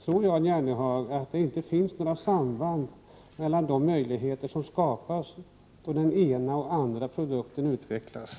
Tror Jan Jennehag inte att det finns några samband mellan de möjligheter som skapas då dessa olika typer av produkter utvecklas?